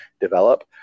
develop